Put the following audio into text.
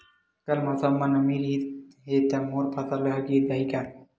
कल मौसम म नमी रहिस हे त मोर फसल ह गिर जाही का?